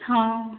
ହଁ